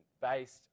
based